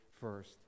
first